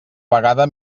vegada